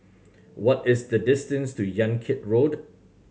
what is the distance to Yan Kit Road